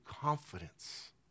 confidence